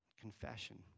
confession